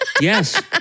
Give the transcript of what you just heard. Yes